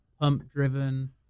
pump-driven